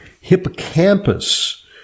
hippocampus